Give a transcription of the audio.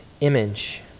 image